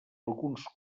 alguns